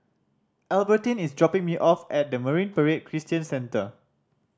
Albertine is dropping me off at Marine Parade Christian Center